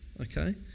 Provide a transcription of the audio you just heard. okay